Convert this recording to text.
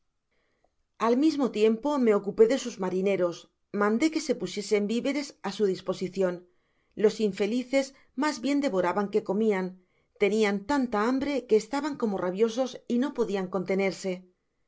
al mismo tiempo me ocupe de sus marineros mande que se pusiesen víveres ásu disposicion los infelices mas bien devoraban que comian tenian tanta hambre que estaban como rabiosos y no podian contenerse